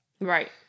Right